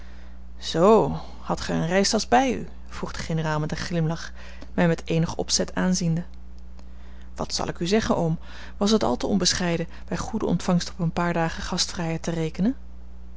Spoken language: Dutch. zoo hadt gij een reistasch bij u vroeg de generaal met een glimlach mij met eenig opzet aanziende wat zal ik u zeggen oom was het al te onbescheiden bij goede ontvangst op een paar dagen gastvrijheid te rekenen